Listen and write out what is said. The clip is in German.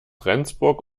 rendsburg